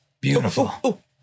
Beautiful